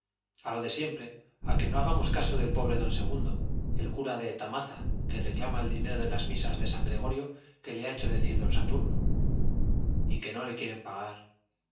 a lo de siempre a que no hagamos caso del pobre don segundo el cura de tamaza que reclama el dinero de las misas de san gregorio que le ha hecho decir don saturno y que no le quiere pagar